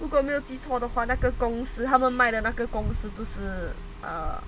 如果没有记错的话那个公司他们卖的那个公司就是 err